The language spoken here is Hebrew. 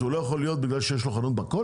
אז הוא לא יכול להיות בגלל שיש לו חנות מכולת?